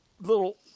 little